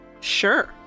Sure